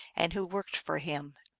and who worked for him.